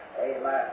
Amen